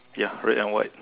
ya red and white